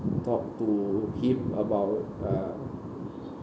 talk to him about uh